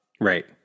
Right